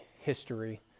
history